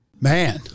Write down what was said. Man